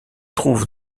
trouve